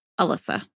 Alyssa